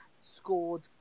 scored